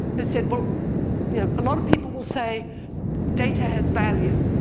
has said but you know a lot of people will say data has value,